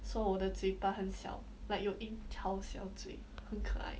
so 我的嘴巴很小 like you in 要嘴很可爱